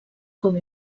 com